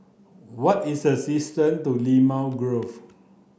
what is the distance to Limau Grove